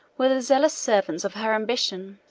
were the zealous servants of her ambition.